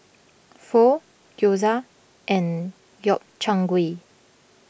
Pho Gyoza and Gobchang Gui